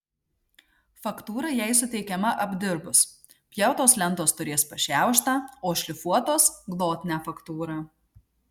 faktūra jai suteikiama apdirbus pjautos lentos turės pašiauštą o šlifuotos glotnią faktūrą